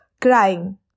crying